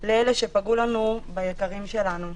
לאלה שפגעו ביקרים שלנו.